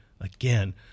Again